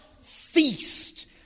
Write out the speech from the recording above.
feast